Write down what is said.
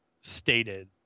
stated